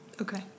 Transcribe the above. Okay